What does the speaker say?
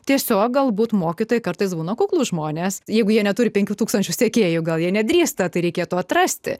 tiesiog galbūt mokytojai kartais būna kuklūs žmonės jeigu jie neturi penkių tūkstančių sekėjų gal jie nedrįsta tai reikėtų atrasti